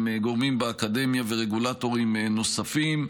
עם גורמים באקדמיה ורגולטורים נוספים.